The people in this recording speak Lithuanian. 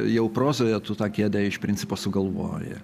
jau prozoje tu tą kėdę iš principo sugalvoji